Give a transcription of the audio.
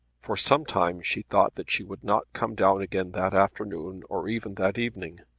for some time she thought that she would not come down again that afternoon or even that evening.